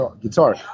guitar